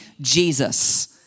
Jesus